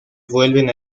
vuelven